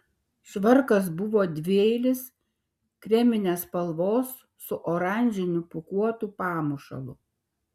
švarkas buvo dvieilis kreminės spalvos su oranžiniu pūkuotu pamušalu